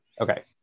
Okay